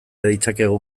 ditzakegu